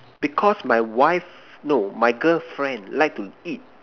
because my wife no my girlfriend like to eat